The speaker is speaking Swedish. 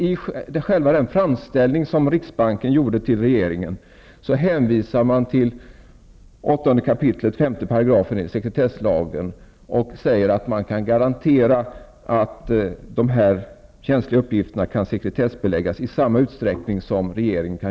I själva den framställning som riksbanken gjorde till regeringen hänvisar man till 8 kap. 5 § sekretesslagen och säger att man kan garantera att dessa känsliga uppgifter kan sekretessbeläggas i samma utsträckning som regeringen kan.